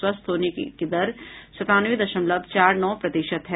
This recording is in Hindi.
स्वस्थ होने की दर संतानवे दशमलव चार नौ प्रतिशत है